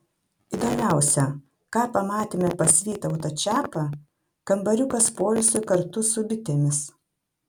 įdomiausia ką pamatėme pas vytautą čiapą kambariukas poilsiui kartu su bitėmis